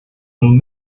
von